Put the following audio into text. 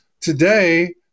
today